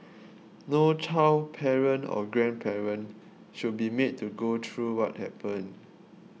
no child parent or grandparent should be made to go through what happened